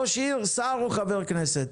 ראש עיר, שר או חבר כנסת.